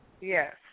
Yes